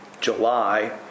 July